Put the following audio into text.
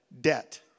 Debt